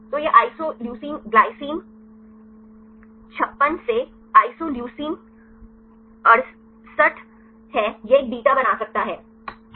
तो यह isoleucine glycine 56 से आइसोलेसीन 68 है यह एक बीटा बना सकता है